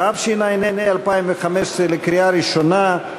התשע"ה 2015, לקריאה ראשונה.